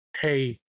Hey